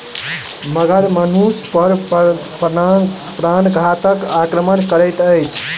मगर मनुष पर प्राणघातक आक्रमण करैत अछि